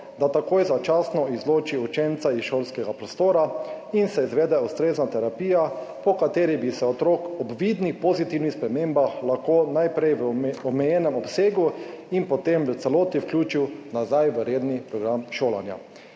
da takoj začasno izloči učenca iz šolskega prostora in se izvede ustrezna terapija, po kateri bi se otrok ob vidnih pozitivnih spremembah lahko najprej v omejenem obsegu in potem v celoti vključil nazaj v redni program šolanja.